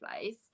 place